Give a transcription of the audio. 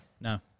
No